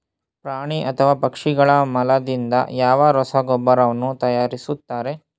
ಪ್ರಾಣಿ ಅಥವಾ ಪಕ್ಷಿಗಳ ಮಲದಿಂದ ಯಾವ ಗೊಬ್ಬರವನ್ನು ತಯಾರಿಸುತ್ತಾರೆ?